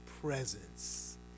presence